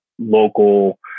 Local